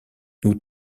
nous